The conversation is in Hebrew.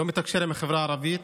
לא מתקשר עם החברה הערבית,